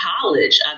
college